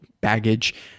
baggage